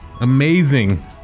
amazing